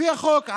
לפי החוק,